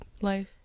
life